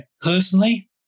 personally